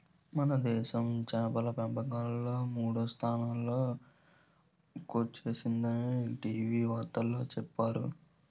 మనదేశం చేపల పెంపకంలో మూడో స్థానంలో కొచ్చేసిందని టీ.వి వార్తల్లో చెప్పేరు